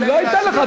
לא אתן לך.